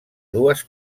dues